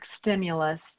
stimulus